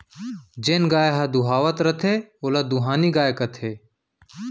जेन गाय ह दुहावत रथे ओला दुहानी गाय कथें